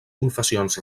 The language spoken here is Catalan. confessions